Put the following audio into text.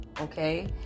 Okay